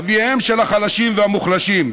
אביהם של החלשים והמוחלשים,